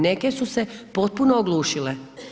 Neke su se potpuno oglušile.